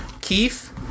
Keith